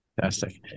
fantastic